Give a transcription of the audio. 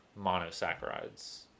monosaccharides